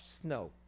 snow